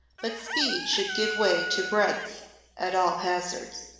but speed should give way to breadth at all hazards.